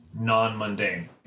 non-mundane